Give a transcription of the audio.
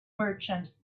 merchant